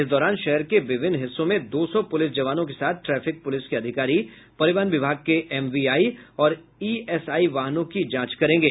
इस दौरान शहर के विभिन्न हिस्सों में दो सौ पूलिस जवानों के साथ ट्रैफिक प्रलिस के अधिकारी परिवहन विभाग के एमवीआई और इएसआई वाहनों की जांच करेंगे